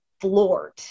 floored